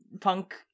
punk